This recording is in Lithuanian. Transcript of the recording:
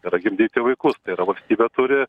tai yra gimdyti vaikus tai yra valstybė turi